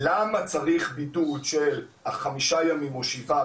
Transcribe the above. למה צריך בידוד של חמישה ימים או שבעה,